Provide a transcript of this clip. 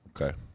Okay